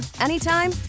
anytime